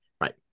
Right